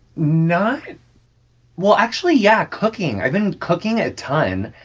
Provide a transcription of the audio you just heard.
not well, actually, yeah cooking. i've been cooking a ton,